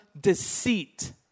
deceit